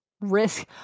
risk